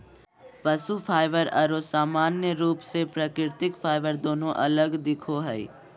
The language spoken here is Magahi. पशु फाइबर आरो सामान्य रूप से प्राकृतिक फाइबर दोनों अलग दिखो हइ